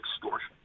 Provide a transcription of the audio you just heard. extortion